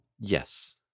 yes